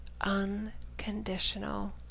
Unconditional